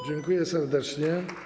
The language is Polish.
Dziękuję serdecznie.